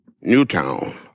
Newtown